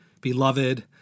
beloved